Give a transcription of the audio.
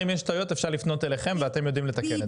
אם יש טעויות אפשר לפנות אליכם ואתם יודעים לתקן.